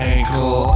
Ankle